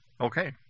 Okay